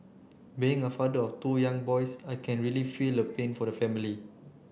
being a father of two young boys I can really feel the pain for the family